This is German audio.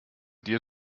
dir